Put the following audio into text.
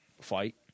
fight